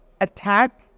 attack